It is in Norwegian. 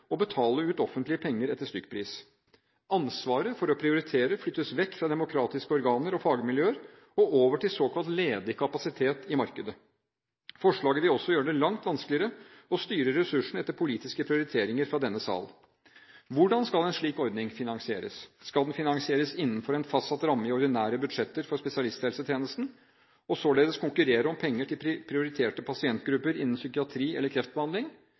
betale ut offentlige penger etter stykkpris. Ansvaret for å prioritere flyttes vekk fra demokratiske organer og fagmiljøer og over til såkalt ledig kapasitet i markedet. Forslaget vil også gjøre det langt vanskeligere å styre ressursene etter politiske prioriteringer fra denne sal. Hvordan skal en slik ordning finansieres? Skal den finansieres innenfor en fastsatt ramme i ordinære budsjetter for spesialisthelsetjenesten, og således konkurrere om penger til prioriterte pasientgrupper innen psykiatri eller kreftbehandling?